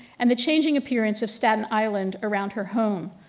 and the changing appearance of staten island around her home.